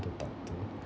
to talk to